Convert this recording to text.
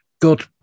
God